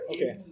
Okay